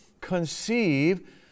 Conceive